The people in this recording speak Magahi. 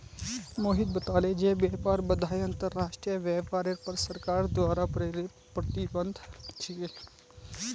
मोहित बताले जे व्यापार बाधाएं अंतर्राष्ट्रीय व्यापारेर पर सरकार द्वारा प्रेरित प्रतिबंध छिके